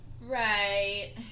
Right